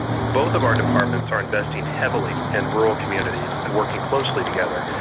both of our departments are investing heavily in rural communities and working closely together,